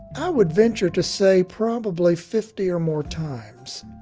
i would venture to say probably fifty or more times.